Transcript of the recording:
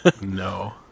No